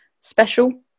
special